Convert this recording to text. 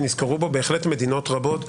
ונסקרו בו בהחלט מדינות רבות,